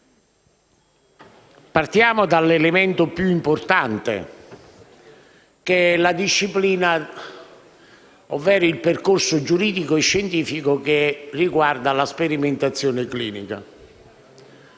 Partiamo dall'elemento più importante, vale a dire la disciplina ovvero il percorso giuridico scientifico riguardante la sperimentazione clinica.